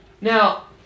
Now